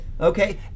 Okay